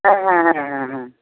হ্যাঁ হ্যাঁ হ্যাঁ হ্যাঁ হ্যাঁ